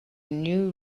new